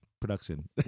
production